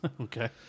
Okay